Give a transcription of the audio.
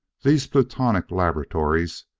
these plutonic laboratories,